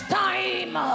time